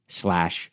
slash